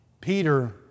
Peter